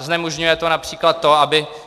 Znemožňuje to například to,